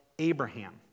Abraham